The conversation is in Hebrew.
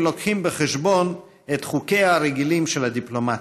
אם מביאים בחשבון את חוקיה הרגילים של הדיפלומטיה,